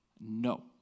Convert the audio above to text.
no